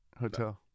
Hotel